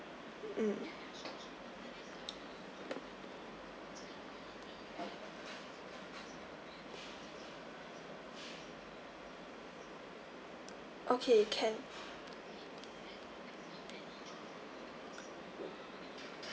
mm okay can